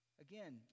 Again